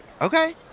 okay